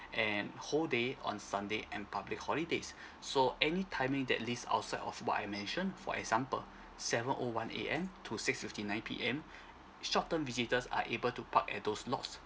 and whole day on sunday and public holidays so any timing that list outside of what I mentioned for example seven O one A_M to six fifty nine P_M short term visitors are able to park at those lots